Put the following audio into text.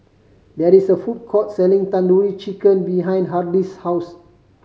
there is a food court selling Tandoori Chicken behind Hardie's house